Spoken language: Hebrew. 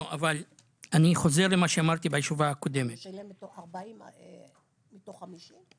הוא שילם 40 מתוך 50?